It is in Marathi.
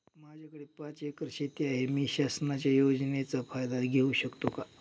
माझ्याकडे पाच एकर शेती आहे, मी शासनाच्या योजनेचा फायदा घेऊ शकते का?